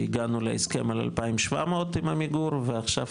שהגענו להסכם על 2,700 עם עמיגור ועכשיו